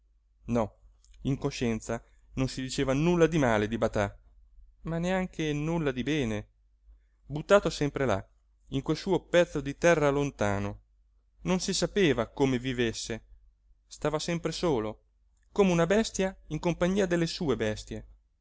no in coscienza non si diceva nulla di male di batà ma neanche nulla di bene buttato sempre là in quel suo pezzo di terra lontano non si sapeva come vivesse stava sempre solo come una bestia in compagnia delle sue bestie